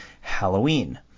Halloween